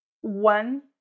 one